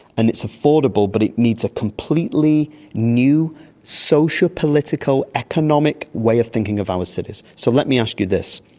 and it's affordable but it needs a completely new socio-political, economic way of thinking of our cities. so let me ask you this.